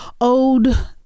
old